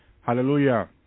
hallelujah